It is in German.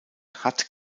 hat